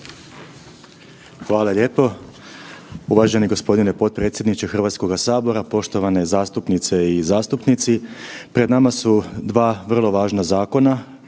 Hvala lijepo uvaženi g. potpredsjedniče HS, poštovane zastupnice i zastupnici. Pred nama su dva vrlo važna zakona,